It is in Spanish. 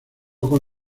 con